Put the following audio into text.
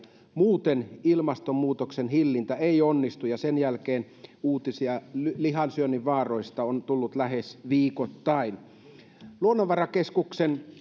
muuten ilmastonmuutoksen hillintä ei onnistu ja sen jälkeen uutisia lihansyönnin vaaroista on tullut lähes viikoittain luonnonvarakeskuksen